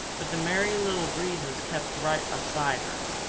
but the merry little breezes kept right beside her,